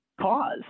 cause